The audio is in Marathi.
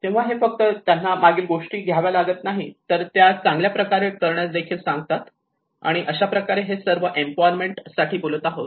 तेव्हा हे फक्त त्यांना मागील गोष्टी घ्यायला लावत नाहीत तर त्या चांगल्या प्रकारे करण्यास देखील सांगतात आणि अशा प्रकारे हे सर्व पूर्ण एम्पॉवरमेंट साठी बोलत आहोत